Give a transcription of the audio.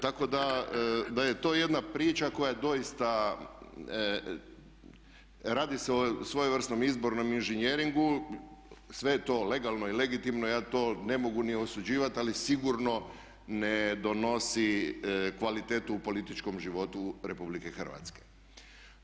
Tako da je to jedna priča koja je doista, radi se o svojevrsnom izbornom inženjeringu, sve je to legalno i legitimno, ja to ne mogu ni osuđivati ali sigurno ne donosi kvalitetu u političkom životu Republike Hrvatske.